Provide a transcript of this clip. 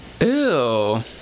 ew